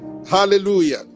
Hallelujah